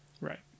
Right